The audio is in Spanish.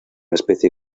especie